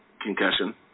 concussion